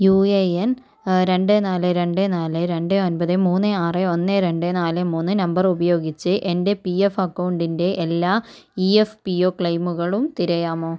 U A N രണ്ട് നാല് രണ്ട് നാല് രണ്ട് ഒൻപത് മൂന്ന് ആറ് ഒന്ന് രണ്ട് നാല് മൂന്ന് നമ്പർ ഉപയോഗിച്ച് എൻ്റെ പി എഫ് അക്കൗണ്ടിൻ്റെ എല്ലാ ഇ എഫ് പി ഓ ക്ലെയിമുകളും തിരയാമോ